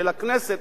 של הכנסת,